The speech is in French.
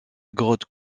grotte